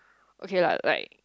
okay lah right